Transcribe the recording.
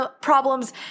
problems